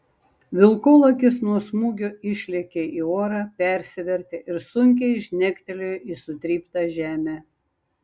vilkolakis nuo smūgio išlėkė į orą persivertė ir sunkiai žnektelėjo į sutryptą žemę